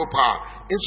power